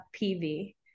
PV